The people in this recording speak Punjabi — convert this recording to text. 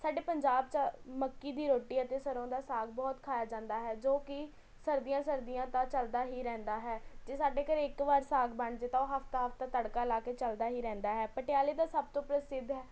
ਸਾਡੇ ਪੰਜਾਬ 'ਚ ਮੱਕੀ ਦੀ ਰੋਟੀ ਅਤੇ ਸਰ੍ਹੋਂ ਦਾ ਸਾਗ ਬਹੁਤ ਖਾਇਆ ਜਾਂਦਾ ਹੈ ਜੋ ਕਿ ਸਰਦੀਆਂ ਸਰਦੀਆਂ ਤਾਂ ਚੱਲਦਾ ਹੀ ਰਹਿੰਦਾ ਹੈ ਜੇ ਸਾਡੇ ਘਰ ਇੱਕ ਵਾਰ ਸਾਗ ਬਣ ਜੇ ਤਾਂ ਓਹ ਹਫ਼ਤਾ ਹਫ਼ਤਾ ਤੜਕਾ ਲਾ ਕੇ ਚੱਲਦਾ ਹੀ ਰਹਿੰਦਾ ਹੈ ਪਟਿਆਲੇ ਦਾ ਸਭ ਤੋਂ ਪ੍ਰਸਿੱਧ ਹੈ